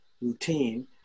routine